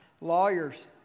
lawyers